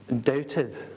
doubted